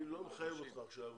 אני לא מחייב אותך עכשיו,